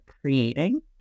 creating